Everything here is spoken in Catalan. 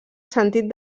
sentit